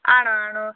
ആണോ ആണോ